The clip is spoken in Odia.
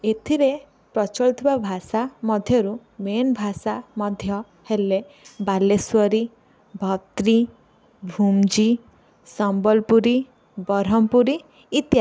ଏଥିରେ ପ୍ରଚଳ ଥିବା ଭାଷା ମଧ୍ୟରୁ ମେନ୍ ଭାଷା ମଧ୍ୟ ହେଲେ ବାଲେଶ୍ଵରୀ ଭକ୍ରି ଭୁଞ୍ଜି ସମ୍ବଲପୁରୀ ବରହମପୁରୀ ଇତ୍ୟାଦି